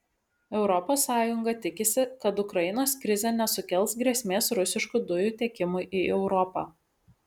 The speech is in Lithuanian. europos sąjunga tikisi kad ukrainos krizė nesukels grėsmės rusiškų dujų tiekimui į europą